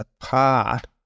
apart